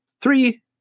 Three